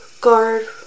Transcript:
guard